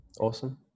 Awesome